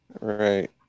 Right